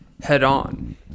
head-on